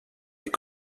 est